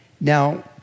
Now